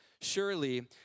surely